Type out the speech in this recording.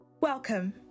Welcome